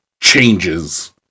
changes